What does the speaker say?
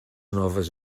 noves